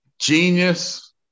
Genius